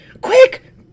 Quick